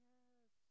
Yes